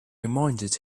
reminded